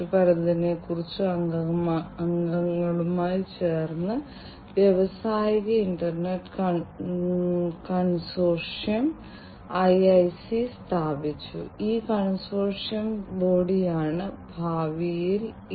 ഉദാഹരണത്തിന് കൽക്കരി ഖനികളിൽ വ്യത്യസ്തമായ പ്രക്രിയകളുണ്ട് അവ അവിടെയുണ്ട് അവിടെയുള്ള ഖനന പ്രക്രിയകൾ വ്യത്യസ്ത സംഭവങ്ങൾ സംഭവിക്കുന്നത് നിരീക്ഷിക്കാനും തടയാനും കഴിയും